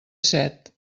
set